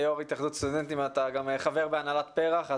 כיו"ר התאחדות סטודנטים אתה גם חבר בהנהלת פר"ח,